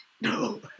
No